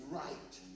right